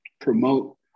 promote